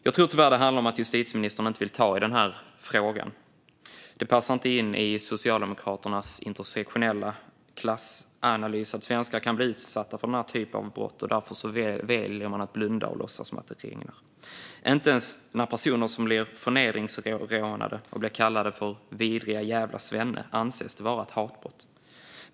Jag tror tyvärr att det handlar om att justitieministern inte vill ta i denna fråga. Det passar inte in i Socialdemokraternas intersektionella klassanalys att svenskar kan bli utsatta för denna typ av brott. Därför väljer man att blunda och låtsas som att det regnar. Inte ens när personer som blir förnedringsrånade blir kallade för vidriga jävla svenne anses det vara hatbrott.